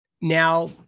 now